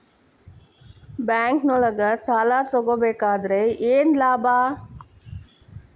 ಬ್ಯಾಂಕ್ನೊಳಗ್ ಸಾಲ ತಗೊಬೇಕಾದ್ರೆ ಏನ್ ಲಾಭ?